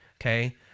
okay